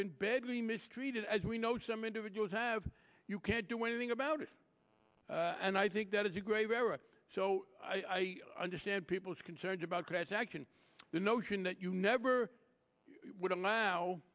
been badly mistreated as we know some individuals have you can't do anything about it and i think that is a grave error so i understand people's concerns about press action the notion that you never would allow